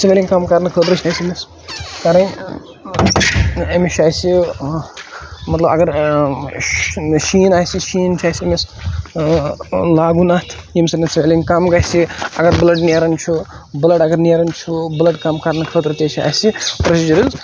swelling کَم کَرنہٕ خٲطرٕ چھِ اَسہِ أمِس کَرٕنۍ أمِس چھُ اَسہِ مَطلَب اَگر شیٖن آسہِ شیٖن چھُ اَسہِ أمِس لاگُن اَتھ ییٚمۍ سۭتۍ اَتھ سٕویلِنٛگ کَم گَژھِ اَگَر بٕلَڈ نیران چھُ بٕلَڈ اَگَر نیران چھُ بٕلَڈ کم کَرنہٕ خٲطرٕ تہِ چھُ اَسہِ کَرٕنۍ